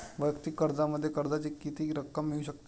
वैयक्तिक कर्जामध्ये कर्जाची किती रक्कम मिळू शकते?